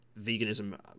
veganism